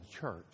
church